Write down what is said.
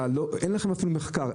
אין לכם אפילו מחקר בנושא הפריפריה.